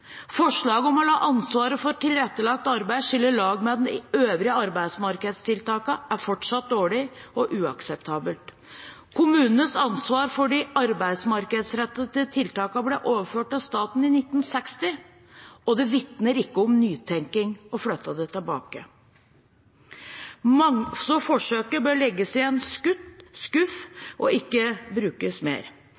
Forslaget om å la ansvaret for tilrettelagt arbeid skille lag med de øvrige arbeidsmarkedstiltakene er fortsatt dårlig og uakseptabelt. Kommunenes ansvar for de arbeidsmarkedsrettete tiltakene ble overført til staten i 1960, og det vitner ikke om nytenkning å flytte det tilbake. Forsøket bør legges i en skuff